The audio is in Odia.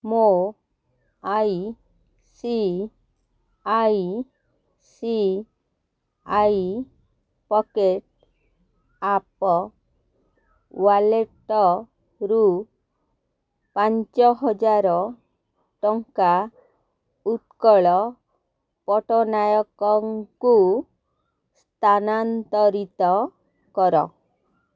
ମୋ I C I C I pocket app ୱାଲେଟ୍ରୁ ପାଞ୍ଚ ହଜାର ଟଙ୍କା ଉତ୍କଳ ପଟ୍ଟନାୟକଙ୍କୁ ସ୍ଥାନାନ୍ତରିତ କର